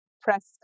press